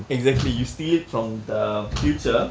exactly you steal it from the future